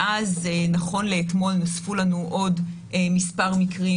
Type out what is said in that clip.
מאז נכון לאתמול נוספו לנו עוד כמה מקרים,